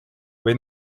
või